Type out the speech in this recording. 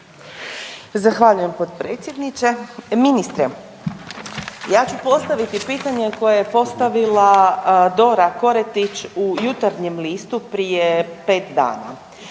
Zahvaljujem potpredsjedniče. Ministre, ja ću postaviti pitanje koje je postavila Dora Koretić u Jutarnjem listu prije 5 dana.